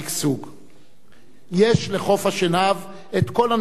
יש לחוף-השנהב כל הנתונים הדרושים להיות קטר כלכלי,